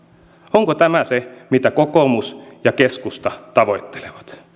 onko tämä se mitä kokoomus ja keskusta tavoittelevat